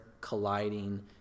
colliding